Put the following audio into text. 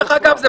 דרך אגב,